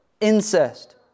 incest